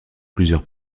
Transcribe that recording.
plusieurs